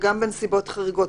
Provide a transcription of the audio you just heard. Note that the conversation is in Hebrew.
וגם בנסיבות חריגות.